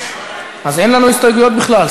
אז אין לנו הסתייגויות בכלל.